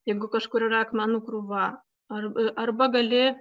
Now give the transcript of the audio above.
jeigu kažkur yra akmenų krūva ar arba gali